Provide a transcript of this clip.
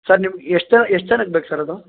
sir ನಿಮ್ಗೆ ಎಷ್ಟು ಜ ಎಷ್ಟು ಜನಕ್ಕೆ ಬೇಕು ಸರ್ ಅದು